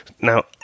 Now